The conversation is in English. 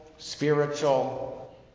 spiritual